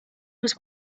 was